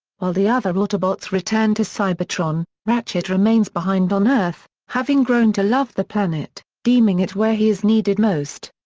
while the other autobots return to cybertron, ratchet remains behind on earth, having grown to love the planet, deeming it where he is needed most.